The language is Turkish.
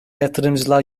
yatırımcılar